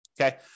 Okay